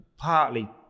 Partly